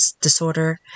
disorder